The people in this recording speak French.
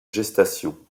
gestation